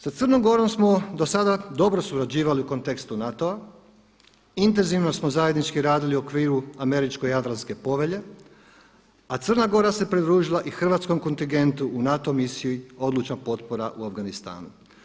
Sa Crnom Gorom smo do sada dobro surađivali u kontekstu NATO-a, intenzivno smo zajednički radili u okviru američko-jadranske povelje, a Crna Gora se pridružila i hrvatskom kontingentu u NATO misiji odlučna potpora u Afganistanu.